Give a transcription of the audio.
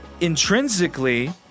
intrinsically